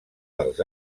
dels